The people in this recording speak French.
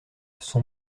son